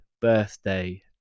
birthday